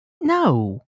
No